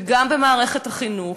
גם במערכת החינוך,